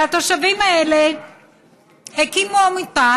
והתושבים האלה הקימו עמותה